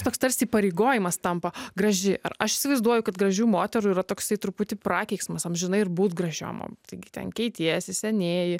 toks tarsi įpareigojimas tampa graži ar aš įsivaizduoju kad gražių moterų yra toksai truputį prakeiksmas amžinai ir būt gražiom mum taigi ten keitiesi senėji